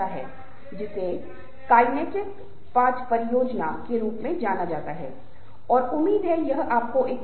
चर्चा के बाद सदस्य अपने स्वयं के समूह और संबंधों के लिए अधिक जिम्मेदारी लेना शुरू करते हैं